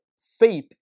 faith